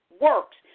works